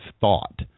thought